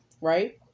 Right